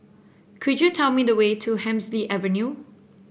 could you tell me the way to Hemsley Avenue